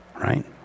right